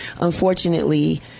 unfortunately